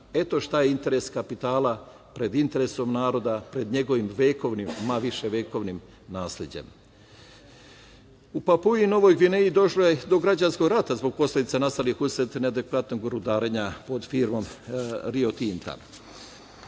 Eto šta je interes kapitala pred interesom naroda, pred njegovim vekovnim, viševekovnim nasleđem.U Papui Novoj Gvineji došlo je do građanskog rata zbog posledica nastalih usled neadekvatnog rudarenja pod firmom Rio